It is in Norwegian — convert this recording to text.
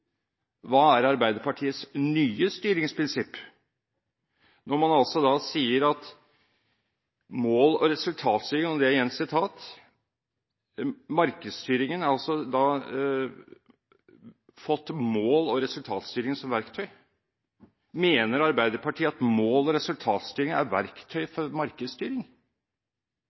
er: Hvilket styringsprinsipp vil man bruke i stedet? Hva er Arbeiderpartiets nye styringsprinsipp når man sier at markedsstyringen har fått mål- og resultatstyring som verktøy? Mener Arbeiderpartiet at mål- og resultatstyring er verktøy for markedsstyring?